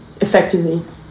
effectively